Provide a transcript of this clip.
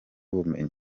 ubumenyi